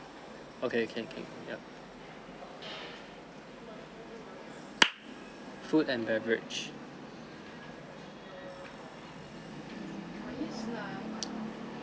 okay can can yup food and beverage